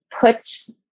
puts